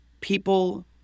people